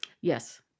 Yes